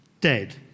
dead